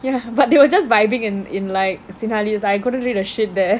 ya but they were just vibing in like Sinhalese I couldn't read a shit there